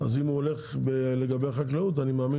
אז אם הוא הולך לגבי החקלאות אני מאמין